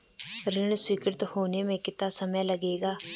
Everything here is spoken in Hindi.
ऋण स्वीकृति होने में कितना समय लगेगा?